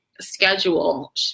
schedule